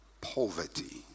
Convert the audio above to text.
poverty